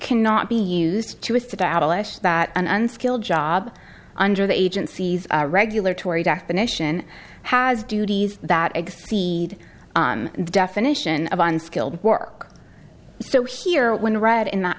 cannot be used to establish that an unskilled job under the agency's regular tory definition has duties that exceed the definition of unskilled work so here when read in that